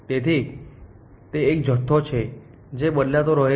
તેથી તે એક જથ્થો છે જે બદલાતો રહે છે